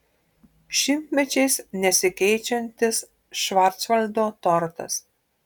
šimtmečiais nesikeičiantis švarcvaldo tortas